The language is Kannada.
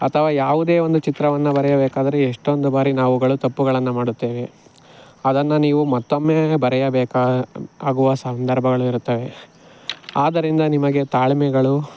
ಅಥವಾ ಯಾವುದೇ ಒಂದು ಚಿತ್ರವನ್ನು ಬರೆಯಬೇಕಾದರೆ ಎಷ್ಟೊಂದು ಬಾರಿ ನಾವುಗಳು ತಪ್ಪುಗಳನ್ನು ಮಾಡುತ್ತೇವೆ ಅದನ್ನು ನೀವು ಮತ್ತೊಮ್ಮೆ ಬರೆಯಬೇಕಾಗುವ ಸಂದರ್ಭಗಳು ಇರುತ್ತವೆ ಆದ್ದರಿಂದ ನಿಮಗೆ ತಾಳ್ಮೆಗಳು